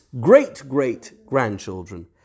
great-great-grandchildren